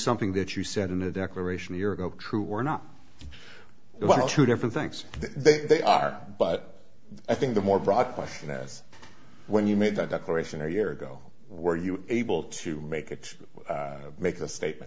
something that you said in a declaration a year ago true or not one of two different things they are but i think the more broad question is when you made that declaration a year ago were you able to make it make a statement